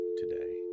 today